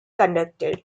conducted